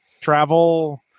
travel